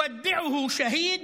שמצלם אותו שהיד,